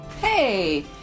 Hey